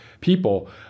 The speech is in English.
people